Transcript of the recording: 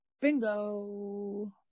Bingo